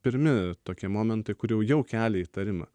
pirmi tokie momentai kurie jau kelia įtarimą